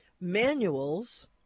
Manual's